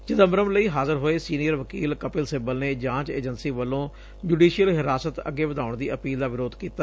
ਚਿਦੰਬਰਮ ਲਈ ਹਾਜਰ ਹੋਏ ਸੀਨੀਅਰ ਵਕੀਲ ਕਪਿਲ ਸਿੱਬਲ ਨੇ ਜਾਂਚ ਏਜੰਸੀ ਵੱਲੋ' ਜੁਡੀਸ਼ੀਅਲ ਹਿਰਾਸਤ ਅੱਗੇ ਵਧਾਉਣ ਦੀ ਅਪੀਲ ਦਾ ਵਿਰੋਧ ਕੀਤਾ